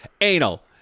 anal